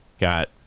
got